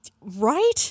Right